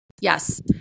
Yes